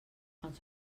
els